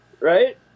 Right